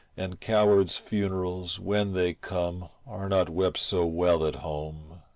and cowards' funerals, when they come are not wept so well at home.